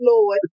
Lord